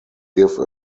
give